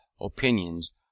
opinions